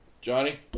Johnny